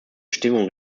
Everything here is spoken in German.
bestimmungen